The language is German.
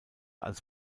als